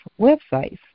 websites